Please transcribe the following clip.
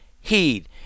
heed